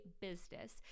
business